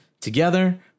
Together